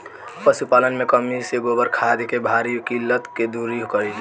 पशुपालन मे कमी से गोबर खाद के भारी किल्लत के दुरी करी?